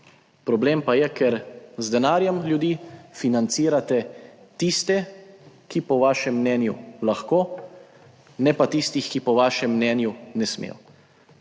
Problem pa je, ker z denarjem ljudi financirate tiste, ki po vašem mnenju lahko, ne pa tistih, ki po vašem mnenju ne smejo.